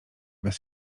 bez